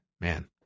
man